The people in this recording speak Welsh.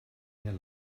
neu